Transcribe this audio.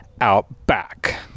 Outback